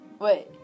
Wait